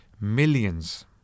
millions